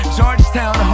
Georgetown